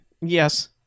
Yes